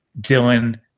Dylan